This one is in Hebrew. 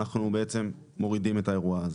אנחנו בעצם מורידים את האירוע הזה,